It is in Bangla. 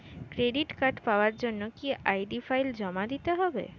ক্রেডিট কার্ড পাওয়ার জন্য কি আই.ডি ফাইল জমা দিতে হবে?